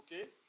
okay